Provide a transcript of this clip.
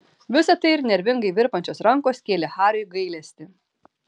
visa tai ir nervingai virpančios rankos kėlė hariui gailestį